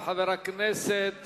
אחריו, חבר הכנסת